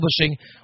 publishing